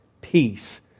peace